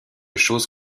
chose